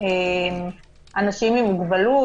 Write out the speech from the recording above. ילדים ואנשים עם מוגבלות?